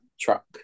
truck